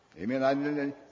Amen